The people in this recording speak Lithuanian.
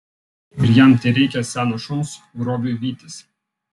ir jam tereikia seno šuns grobiui vytis